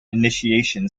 initiation